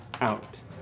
out